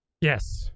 Yes